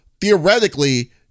theoretically